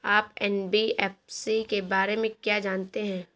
आप एन.बी.एफ.सी के बारे में क्या जानते हैं?